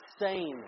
insane